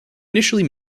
initially